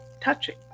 touching